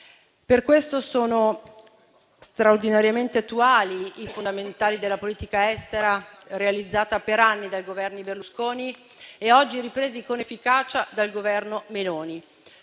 Per questo sono straordinariamente attuali i fondamentali della politica estera realizzati per anni dai Governi Berlusconi e oggi ripresi con efficacia dal Governo Meloni: